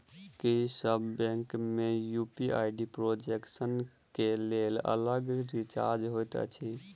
की सब बैंक मे UPI transaction केँ लेल अलग चार्ज होइत अछि?